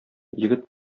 егет